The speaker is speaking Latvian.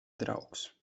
draugs